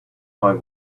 eye